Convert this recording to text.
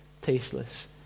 tasteless